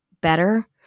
better